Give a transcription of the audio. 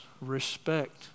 respect